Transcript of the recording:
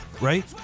right